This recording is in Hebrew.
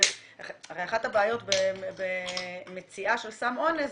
הרי אחת הבעיות במציאה של סם אונס,